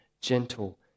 gentle